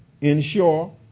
ensure